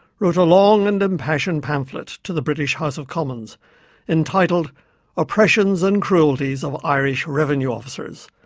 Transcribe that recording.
wrote a long and impassioned pamphlet to the british house of commons entitled oppressions and cruelties of irish revenue officers,